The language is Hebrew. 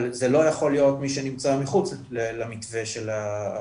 אבל זה לא יכול להיות מי שנמצא מחוץ למתווה של התכנונים,